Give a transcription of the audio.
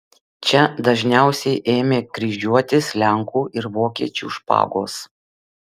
čia dažniausiai ėmė kryžiuotis lenkų ir vokiečių špagos